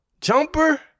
jumper